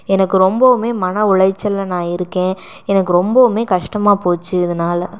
எனக்கு ரொம்பவும் மன உளைச்சலில் நான் இருக்கேன் எனக்கு ரொம்பவும் கஷ்டமாக போச்சு இதனால